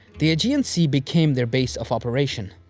the aegean sea became their base of operation.